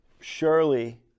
Surely